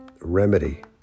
remedy